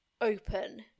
open